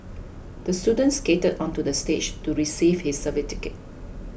the student skated onto the stage to receive his certificate